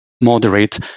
moderate